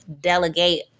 delegate